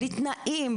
בלי תנאים,